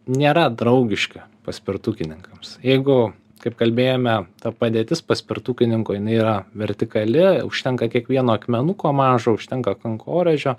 nėra draugiški paspirtukininkams jeigu kaip kalbėjome ta padėtis paspirtukininko jinai yra vertikali užtenka kiekvieno akmenuko mažo užtenka kankorėžio